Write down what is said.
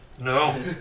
No